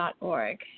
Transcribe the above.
org